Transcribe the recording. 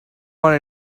want